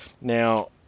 Now